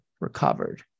recovered